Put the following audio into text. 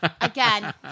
Again